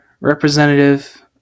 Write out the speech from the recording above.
representative